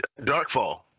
Darkfall